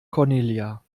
cornelia